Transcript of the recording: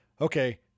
Okay